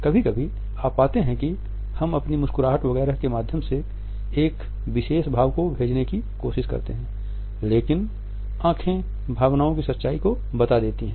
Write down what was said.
कभी कभी आप पाते हैं कि हम अपनी मुस्कुराहट वगैरह के माध्यम से एक विशेष भाव को भेजने की कोशिश करते हैं लेकिन आँखें भावनाओं की सच्चाई को बता देती हैं